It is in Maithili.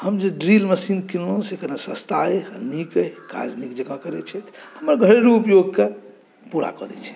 हम जे ड्रिल मशीन किनलहुँ से कनी सस्ता अइ नीक अइ काज नीक जेकाॅं करै छथि हमर घरेलू उपयोगके पूरा करै छथि